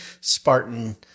Spartan